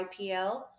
IPL